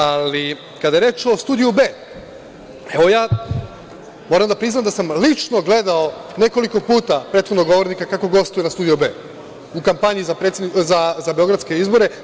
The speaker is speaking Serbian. Ali, kada je reč o Studiju B, moram da priznam da sam lično gledao nekoliko puta, prethodnog govornika, kako gostuje na Studiju B u kampanji za beogradske izbore.